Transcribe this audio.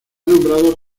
nombrado